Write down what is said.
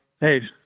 hey